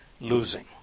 losing